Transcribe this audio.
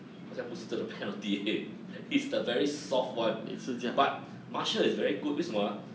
好像不是这个 penalty leh is the very soft [one] but marshall is very good 为什么 ah